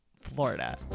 Florida